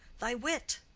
thy wit.